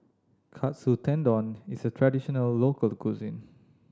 Katsu Tendon is a traditional local cuisine